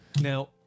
Now